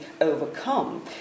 overcome